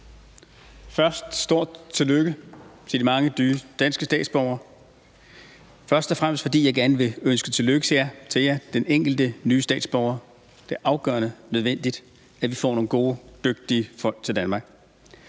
Først et stort tillykke til de mange nye danske statsborgere. Jeg vil gerne sige tillykke til jer, den enkelte nye statsborger. Det er afgørende og nødvendigt, at vi får nogle gode, dygtige folk til Danmark.